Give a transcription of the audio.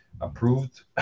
approved